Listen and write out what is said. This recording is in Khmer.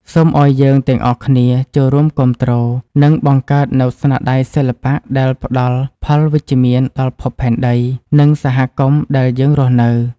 សូមឱ្យយើងទាំងអស់គ្នាចូលរួមគាំទ្រ និង បង្កើតនូវស្នាដៃសិល្បៈដែលផ្ដល់ផលវិជ្ជមានដល់ភពផែនដី និង សហគមន៍ដែលយើងរស់នៅ។